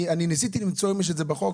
אני ניסיתי למצוא אם זה יש את בחוק.